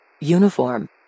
Uniform